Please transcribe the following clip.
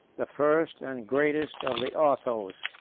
the first and greatest of the othos.